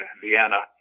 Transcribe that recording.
Vienna